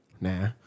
Nah